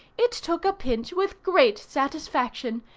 it took a pinch with great satisfaction,